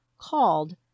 called